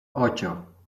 ocho